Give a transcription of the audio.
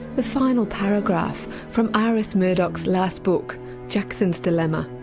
the final paragraph from iris murdoch's last book jackson's dilemma.